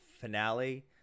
finale